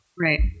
Right